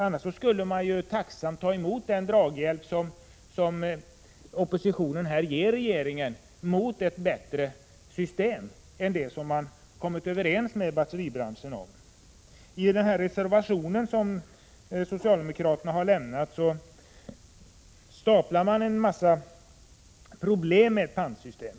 Annars skulle de ju tacksamt ta emot den draghjälp som oppositionen här ger regeringen fram mot ett bättre system än det som man kommit överens med batteribranschen om. I den socialdemokratiska reservationen staplas det upp en massa problem med ett pantsystem.